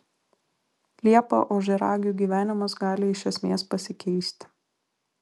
liepą ožiaragių gyvenimas gali iš esmės pasikeisti